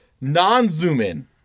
non-zoom-in